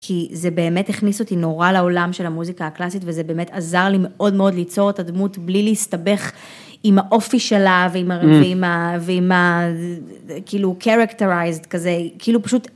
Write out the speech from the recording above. כי זה באמת הכניס אותי נורא לעולם של המוזיקה הקלאסית וזה באמת עזר לי מאוד מאוד ליצור את הדמות בלי להסתבך עם האופי שלה ועם כאילו כזה כאילו פשוט.